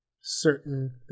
certain